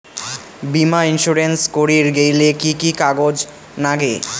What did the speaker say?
বীমা ইন্সুরেন্স করির গেইলে কি কি কাগজ নাগে?